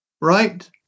right